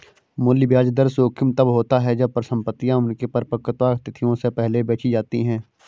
मूल्य ब्याज दर जोखिम तब होता है जब परिसंपतियाँ उनकी परिपक्वता तिथियों से पहले बेची जाती है